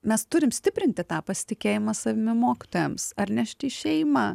mes turim stiprinti tą pasitikėjimą savimi mokytojams ar nešti į šeimą